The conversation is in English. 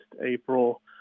april